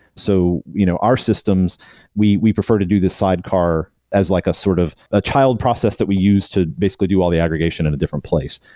so you know our systems we we prefer to do the sidecar as like ah sort of a child process that we use to basically do all the aggregation in a different place,